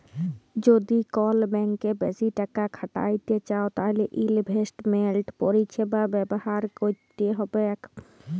যদি কল ব্যাংকে বেশি টাকা খ্যাটাইতে চাউ তাইলে ইলভেস্টমেল্ট পরিছেবা ব্যাভার ক্যইরতে হ্যবেক